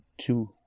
two